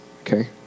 okay